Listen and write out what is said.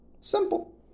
Simple